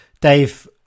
Dave